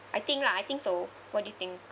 I think lah I think so what do you think